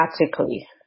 automatically